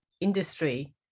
industry